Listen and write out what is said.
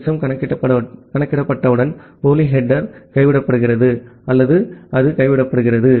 checksum கணக்கிடப்பட்டவுடன் போலி தலைப்பு கைவிடப்படுகிறது அல்லது அது கைவிடப்படுகிறது